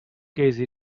case